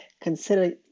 consider